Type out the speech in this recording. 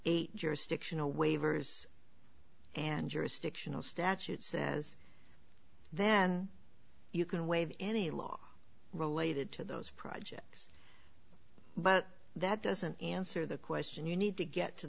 eight jurisdictional waivers and jurisdictional statute says then you can waive any law related to those projects but that doesn't answer the question you need to get to